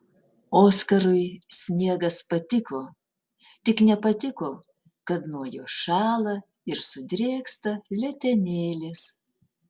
oskarui sniegas patiko tik nepatiko kad nuo jo šąla ir sudrėksta letenėlės